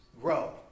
Grow